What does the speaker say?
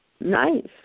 Nice